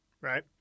right